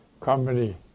company